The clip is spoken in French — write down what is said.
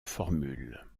formule